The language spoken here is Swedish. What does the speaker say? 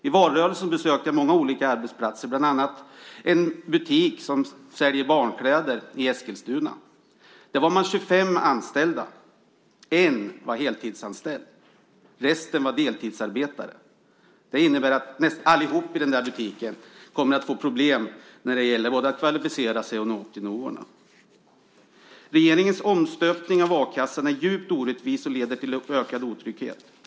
I valrörelsen besökte jag många olika arbetsplatser, bland annat en butik som säljer barnkläder i Eskilstuna. Där var 25 personer anställda. En var heltidsanställd, resten var deltidsarbetande. Det innebär att alla i butiken kommer att få problem att både kvalificera sig och att nå upp till nivåerna. Regeringens omstöpning av a-kassan är djupt orättvis och leder till ökad otrygghet.